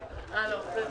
העניין.